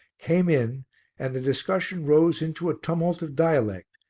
came in and the discussion rose into a tumult of dialect,